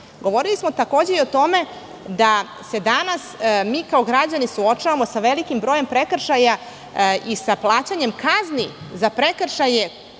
smo takođe i o tome da se danas mi kao građani suočavamo sa velikim brojem prekršaja i sa plaćanjem kazni za prekršaje